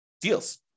deals